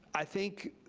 i think